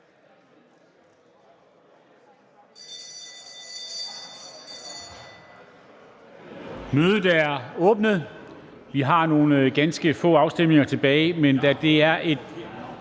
Mødet er åbnet. Vi har nogle ganske få afstemninger tilbage. Da det er et